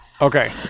Okay